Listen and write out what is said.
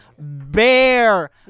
Bear